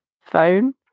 phone